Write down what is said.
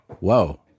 Whoa